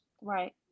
Right